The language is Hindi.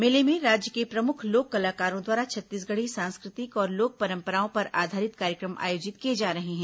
मेले में राज्य के प्रमुख लोक कलाकरों द्वारा छत्तीसगढ़ी सांस्कृतिक और लोक परम्पराओं पर आधारित कार्यक्रम आयोजित किए जा रहे हैं